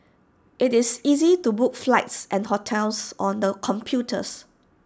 IT is easy to book flights and hotels on the computers